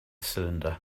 cylinder